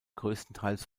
größtenteils